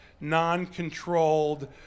non-controlled